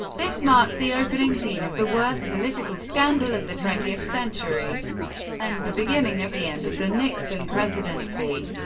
this marked the opening scene of the worst political scandal of the twentieth century and the beginning of the end of the nixon presidency.